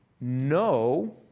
no